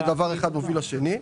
כשדבר אחד מוביל לשני.